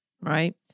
right